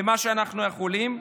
במה שאנחנו יכולים.